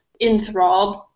enthralled